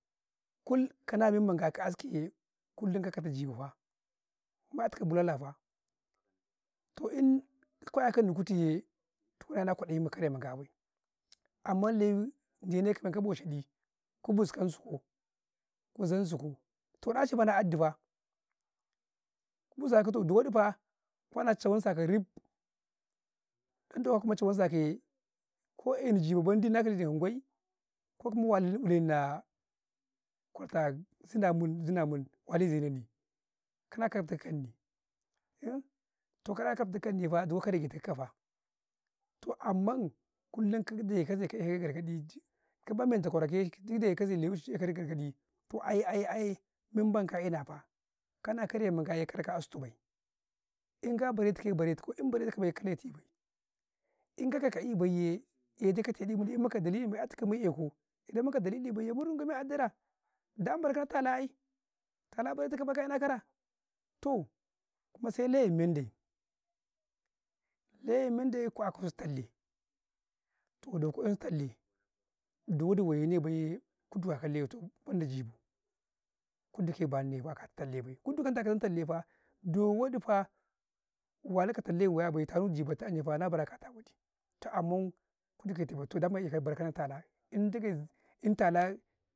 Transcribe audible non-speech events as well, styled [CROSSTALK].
﻿kull kana men maga, ka as ki yee, kullum ka akata ji ნaa fa ma ya tukau bulala faa, toh ni ka ya kani kuti yee, toh na kwaɗayi ma kare ma ga bay [NOISE] amman lewi de ne kau ka boca ɗi, ki buskasu koo, ku zansu kau, to ɗaci ma na 'yad ɗi maa ku kau, ɗaci mana 'yad ɗi maa ku busa kato, du wadi faa, cawan sa kaye, ko eh ni jibau wanna kala man gwai, ko kuma wali lilen nan kwartau na zina munn zina mun, wali ze ka inni ka ya ka ნa ɗ kanni [HESITATION] toh kaya ნen ni, di kau ka dage ku yan nika faa, toh amman kullum kada re ka zeka gar ga di ji di cima men tau kwarau eh, ki dagi lewi ci ki a kasi garga ɗi, aye aye men mendi ka ina fa, kana kare man ga yee, kar ka as tu bay, in gaa bare tu kayee, bare tu kau, in gaa bare bare tu ka yee bay, ka as tu bay, in di kau ka kaii, bay yee, eh ti kate ɗi mu ne, im muka dali ma 'yatu kau, immu ka dalili bay yee sai murun gumu kaddara, dom bar kata tala bay, tala bay tu ka bay ka ina karaa, toh sai lewai ma men dai, lewai ma mendai ko eh su talleh, toh kwa'yan'su talleh, du wa du wayanne bay, kuduka ka lewai tuku, banda jibau, ku daki ba Nne bay a kata talleh bay, kun du kwanta kau a kata tallefa, do waɗi faa, wayi ka talleh wa ya bay ta ɗu, jibata yee, Na bara kata awa ɗi, toh ammun, kuda kete bay, toh eh kau daman bar tana tala Ndage za bay in tala.